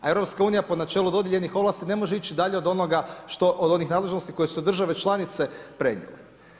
A EU po načelu dodijeljenih ovlasti ne može ići dalje od onoga što, onih nadležnosti koje su države članice prenijele.